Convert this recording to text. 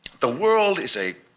the world is a